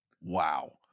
Wow